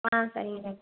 ஆ சரிங்க டாக்டர்